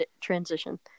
transition